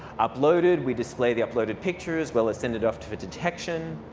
uploaded. we display the uploaded picture, as well as send it off to a detection.